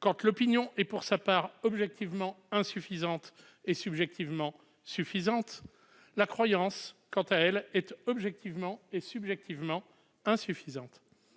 quand l'opinion est pour sa part objectivement insuffisante et subjectivement suffisante. Quant à la croyance, elle est objectivement et subjectivement insuffisante.